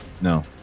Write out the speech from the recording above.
No